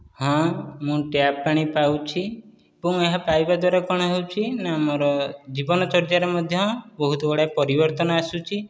ହଁ ମୁଁ ଟ୍ୟାପ ପାଣି ପାଉଛି ଏବଂ ଏହା ପାଇବା ଦ୍ୱାରା କଣ ହଉଚି ନା ମୋର ଜୀବନ ଚର୍ଯ୍ୟାରେ ମଧ୍ୟ ବହୁତ ଗୁଡ଼ାଏ ପରିବର୍ତ୍ତନ ଆସୁଛି